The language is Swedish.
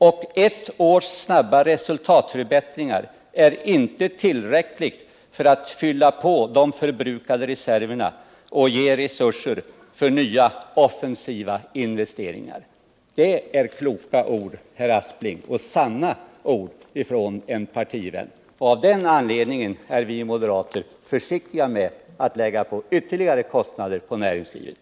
Och ett års snabba resultatförbättringar är inte tillräckligt för att fylla på de förbrukade reserverna och ge resurser för nya, offensiva investeringar.” Det är kloka ord och sanna ord från en partivän till herr Aspling. De förhållanden som han pekar på är anledningen till att vi moderater är försiktiga med att lägga ytterligare kostnader på näringslivet.